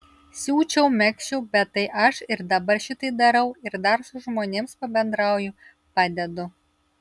siūčiau megzčiau bet tai aš ir dabar šitai darau ir dar su žmonėms pabendrauju padedu